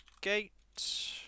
Gate